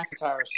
McIntyre